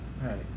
Right